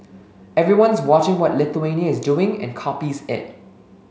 everyone's watching what Lithuania is doing and copies it